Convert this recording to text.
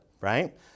right